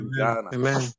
amen